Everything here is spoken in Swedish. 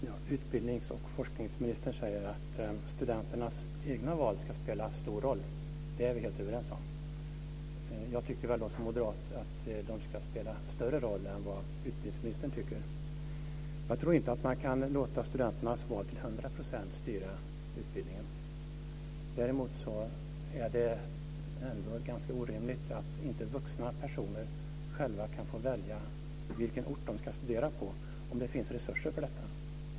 Fru talman! Utbildnings och forskningsministern säger att studenternas egna val ska spela stor roll. Det är vi helt överens om. Jag tycker som moderat att de ska spela större roll än vad utbildningsministern tycker. Jag tror inte att man kan låta studenternas val till hundra procent styra utbildningen. Däremot är det ganska orimligt att inte vuxna personer själva kan få välja vilken ort de ska studera på, om det finns resurser för detta.